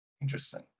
Interesting